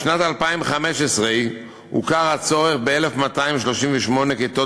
בשנת 2015 הוכר הצורך ב-1,238 כיתות